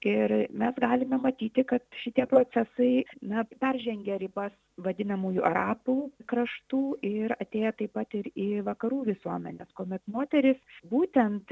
ir mes galime matyti kad šitie procesai na peržengia ribas vadinamųjų arabų kraštų ir atėję taip pat ir į vakarų visuomenes kuomet moterys būtent